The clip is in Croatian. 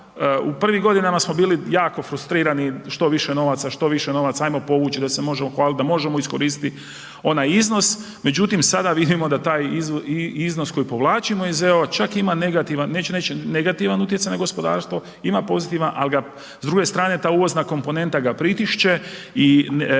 u prvim godinama smo bili jako frustrirani, što više novaca, što više novaca, ajmo povući da se možemo hvaliti da možemo iskoristiti onaj iznos međutim sada vidimo da taj iznos koji povlačimo iz EU čak ima negativan, neću reći negativan utjecaj na gospodarstvo, ima pozitivan, al ga s druge strane ta uvozna komponenta ga pritišće i nemamo